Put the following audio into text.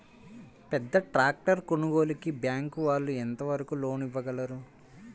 పెద్ద ట్రాక్టర్ కొనుగోలుకి బ్యాంకు వాళ్ళు ఎంత వరకు లోన్ ఇవ్వగలరు?